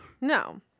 No